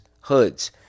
hoods